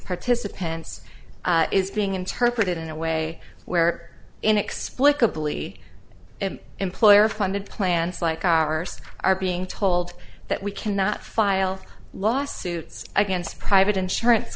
participants is being interpreted in a way where inexplicably employer funded plants like ours are being told that we cannot file lawsuits against private insurance